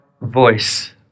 voice